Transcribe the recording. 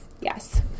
yes